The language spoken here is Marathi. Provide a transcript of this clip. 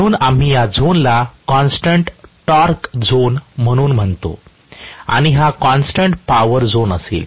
म्हणून आम्ही या झोनला कॉन्स्टन्ट टॉर्क झोन म्हणून म्हणतो आणि हा कॉन्स्टन्ट पॉवर झोन असेल